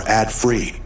ad-free